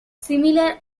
similar